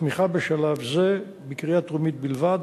התמיכה בשלב זה בקריאה טרומית בלבד,